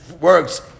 works